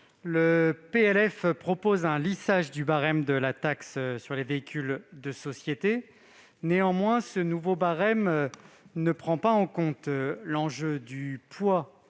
propose un lissage du barème de la taxe sur les véhicules de société. Cependant, ce nouveau barème ne prend pas en compte le poids